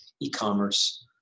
e-commerce